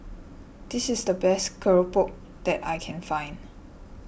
this is the best Keropok that I can find